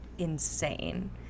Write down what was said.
Insane